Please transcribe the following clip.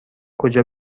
کجا